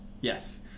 Yes